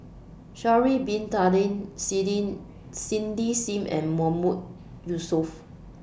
Sha'Ari Bin Tadin Cindy SIM and Mahmood Yusof